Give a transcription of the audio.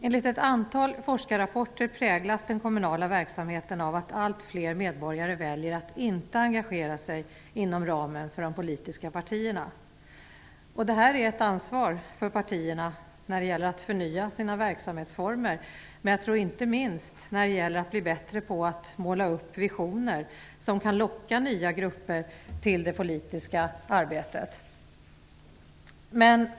Enligt ett antal forskarrapporter präglas den kommunala verksamheten av att allt fler medborgare väljer att inte engagera sig inom ramen för de politiska partierna. Det är här ett ansvar för partierna att förnya sina verksamhetsformer och inte minst att bli bättre på måla upp visioner som kan locka nya grupper till det politiska arbetet.